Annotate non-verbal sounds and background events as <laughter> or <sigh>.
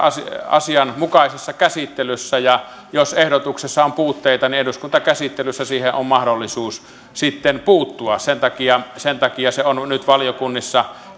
asianmukaisessa käsittelyssä ja jos ehdotuksessa on puutteita eduskuntakäsittelyssä siihen on mahdollisuus sitten puuttua sen takia sen takia se on on nyt valiokunnissa <unintelligible>